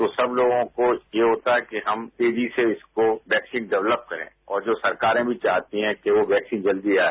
तो सब लोगों को ये होता है कि हम तेजी से इसको वैक्सीन डेवलेप करें और सरकारें भी चाहती हैं कि वो वैक्सीन जल्दी आए